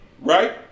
Right